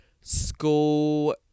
school